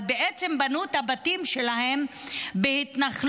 ובעצם בנו את הבתים שלהם בהתנחלות,